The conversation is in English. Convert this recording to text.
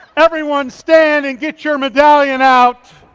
everyone stand and gets your medallion out.